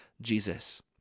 Jesus